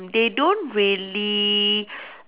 they don't really